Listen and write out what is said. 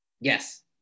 Yes